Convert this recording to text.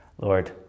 Lord